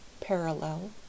parallel